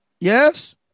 yes